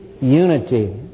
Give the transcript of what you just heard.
unity